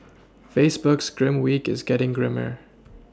Facebook's grim week is getting grimmer